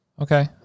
Okay